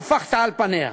הפכת על פניה,